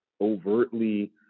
overtly